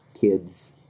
kids